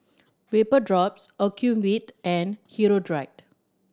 Vapodrops Ocuvite and Hirudoid